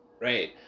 right